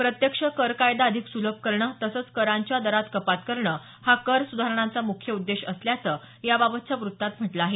प्रत्यक्ष कर कायदा अधिक सुलभ करणं तसंच करांच्या दरात कपात करणं हा कर सुधारणांचा मुख्य उद्देश असल्याचं याबाबतच्या वृत्तात म्हटलं आहे